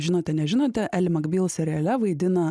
žinote nežinote eli makbyl seriale vaidina